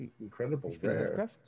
incredible